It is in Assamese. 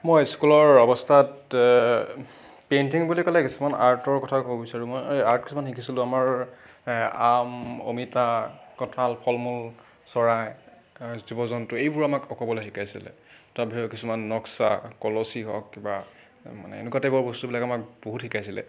মই স্কুলৰ অৱস্থাত পেইণ্টিং বুলি ক'লে কিছুমান আৰ্টৰ কথা ক'ব বিচাৰোঁ মই আৰ্ট কিছুমান শিকিছিলোঁ আমাৰ আম অমিতা কঁঠাল ফল মূল চৰাই জীৱ জন্তু এইবোৰ আমাক অকাঁবলৈ শিকাইছিলে তাৰ বাহিৰেও কিছুমান নক্সা কলচী হওক কিবা মানে এনেকুৱা টাইপৰ বস্তুবিলাক আমাক বহুত শিকাইছিলে